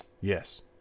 Yes